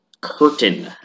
Curtain